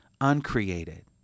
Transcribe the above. uncreated